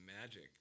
magic